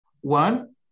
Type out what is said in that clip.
One